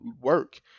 work